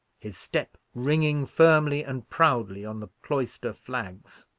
his step ringing firmly and proudly on the cloister flags.